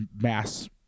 mass